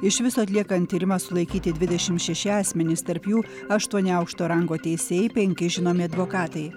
iš viso atliekant tyrimą sulaikyti dvidešimt šeši asmenys tarp jų aštuoni aukšto rango teisėjai penki žinomi advokatai